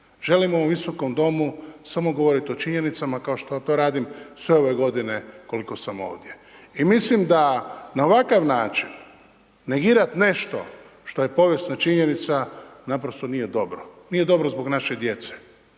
Želim u ovom Visokom domu samo govoriti o činjenicama kao što to radim sve ove godine koliko sam ovdje. I mislim da na ovakav način negirati nešto što je povijesna činjenica, naprosto nije dobro. Nije dobro zbog naše djece.